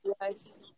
yes